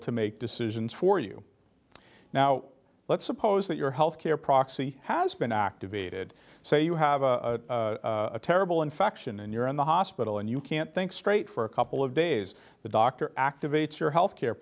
to make decisions for you now let's suppose that your health care proxy has been activated so you have a terrible infection and you're in the hospital and you can't think straight for a couple of days the doctor activates your health care